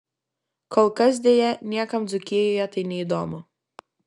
kol kas deja niekam dzūkijoje tai neįdomu